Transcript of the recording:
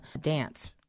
dance